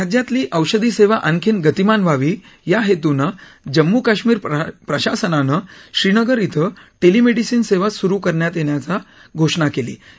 राज्यातली औषधी सेवा आणखी गतिमान व्हावी या हेतूनं जम्मू काश्मीर प्रशासनानं श्रीनगर इथं टेलिमेडिसिन सेवा सुरु करण्यात येणार आहे